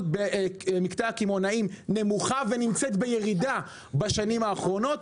במקטע הקמעונאים נמוכה ונמצאת בירידה בשנים האחרונות,